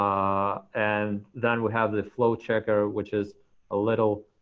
ah and then we have the flow checker, which is a little